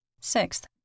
Sixth